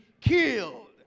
killed